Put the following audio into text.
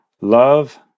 Love